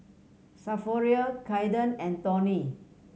Saverio Kaiden and Tony